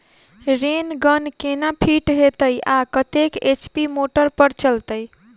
Rain gun केना fit हेतइ आ कतेक एच.पी मोटर पर चलतै?